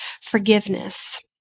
forgiveness